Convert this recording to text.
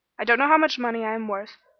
i don't know how much money i am worth,